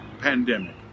pandemic